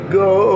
go